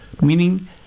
Meaning